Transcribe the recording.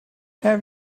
have